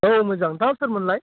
औ मोजां नोंथाङा सोरमोनलाय